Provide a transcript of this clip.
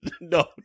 no